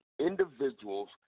individuals